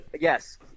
Yes